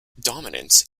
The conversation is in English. dominance